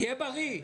תהיה בריא.